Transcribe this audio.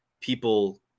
people